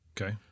Okay